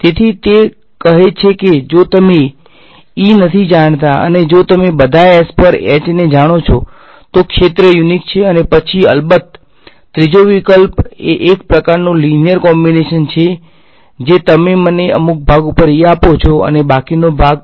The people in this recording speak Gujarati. તેથી તે કહે છે કે જો તમે નથી જાણતા અને જો તમે બધા S પર ને જાણો છો તો ક્ષેત્ર યુનીક છે અને પછી અલબત્ત ત્રીજો વિકલ્પ એ એક પ્રકારનો લીનીયર કોમ્બીનેશન છે જે તમે મને અમુક ભાગ ઉપર આપે છો અને બાકીના ભાગ પર